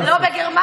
מאוד קל לשער,